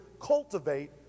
cultivate